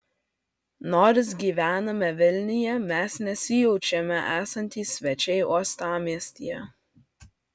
nors gyvename vilniuje mes nesijaučiame esantys svečiai uostamiestyje